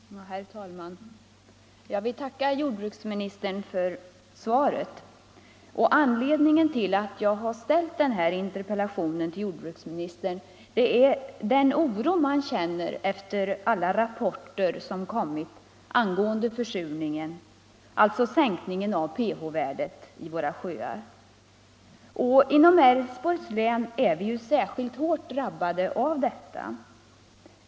Herr talman! Jag vill tacka jordbruksministern för svaret. Anledningen till att jag har framställt den här interpellationen till jordbruksministern är den oro man känner efter alla rapporter angående försurningen, alltså sänkningen av pH-värdet i våra sjöar. Inom Älvsborgs län är vi särskilt hårt drabbade av detta.